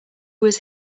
was